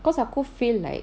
cause aku feel like